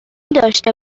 داشته